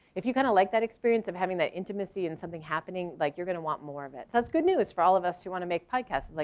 if you kind of like that experience of having that intimacy and something happening like you're gonna want more of it. so that's good news for all of us who want to make podcasts, like